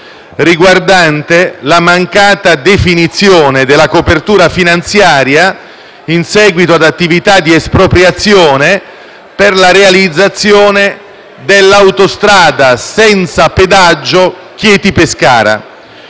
riguardante la mancata definizione della copertura finanziaria in seguito ad attività di espropriazione per la realizzazione dell'autostrada senza pedaggio Chieti-Pescara.